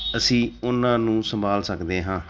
ਅਸੀਂ ਉਹਨਾਂ ਨੂੰ ਸੰਭਾਲ ਸਕਦੇ ਹਾਂ